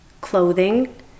clothing